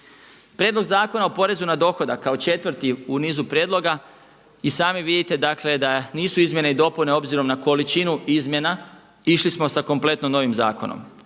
Prijedlog zakona o porezu na dohodak kao četvrti u nizu prijedloga i sami vidite, dakle da nisu izmjene i dopune obzirom na količinu izmjena. Išli smo sa kompletno novim zakonom.